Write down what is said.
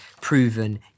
proven